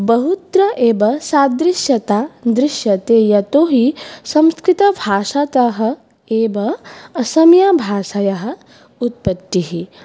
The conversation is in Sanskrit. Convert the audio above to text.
बहुत्र एव सादृश्यं दृश्यते यतो हि संस्कृतभाषातः एव असमीयभाषयाः उत्पत्तिः